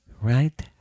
right